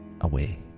away